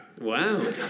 wow